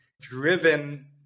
driven